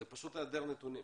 זה פשוט היעדר נתונים.